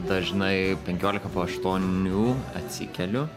dažnai penkiolika po aštuonių atsikeliu